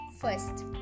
First